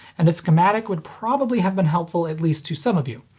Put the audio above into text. and a schematic would probably have been helpful at least to some of you.